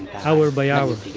hour by hour.